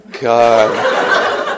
God